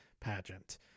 pageant